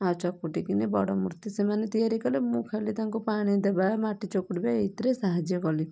ଆଉ ଚକଟିକିନା ବଡ଼ ମୂର୍ତ୍ତି ସେମାନେ ତିଆରି କଲେ ମୁଁ ଖାଲି ତାଙ୍କୁ ପାଣି ଦେବା ମାଟି ଚକଟିବା ଏଇଥିରେ ସାହାଯ୍ୟ କଲି